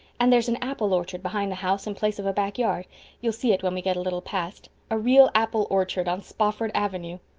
and there's an apple orchard behind the house in place of a back yard you'll see it when we get a little past a real apple orchard on spofford avenue!